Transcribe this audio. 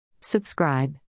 Subscribe